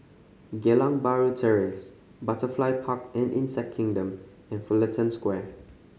Geylang Bahru Terrace Butterfly Park and Insect Kingdom and Fullerton Square